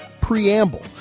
preamble